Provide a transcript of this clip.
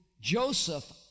Joseph